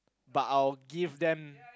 but I will give them